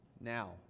Now